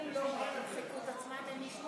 שלוש דקות.